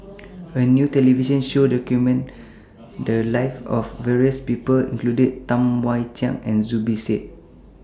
A New television Show documented The Lives of various People including Tam Wai Jia and Zubir Said